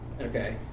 okay